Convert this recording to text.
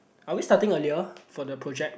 are we starting earlier for the project